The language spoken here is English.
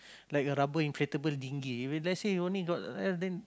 like a rubber inflatable dinghy if let's say you only got life then